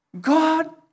God